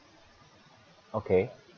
okay